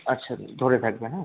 আচ্ছা ধরে থাকবেন হ্যাঁ